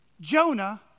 Jonah